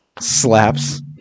Slaps